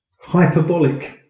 hyperbolic